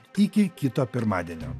iki kito pirmadienio